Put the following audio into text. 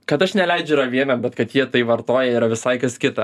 kad aš neleidžiu yra viena bet kad jie tai vartoja yra visai kas kita